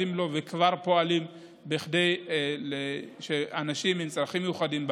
וכבר פועלים כדי שאנשים עם צרכים מיוחדים,